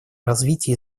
развития